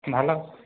ভালো